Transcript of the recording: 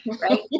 Right